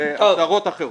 -- ועשרות אחרות.